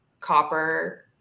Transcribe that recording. copper